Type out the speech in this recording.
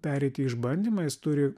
pereiti išbandymą jis turi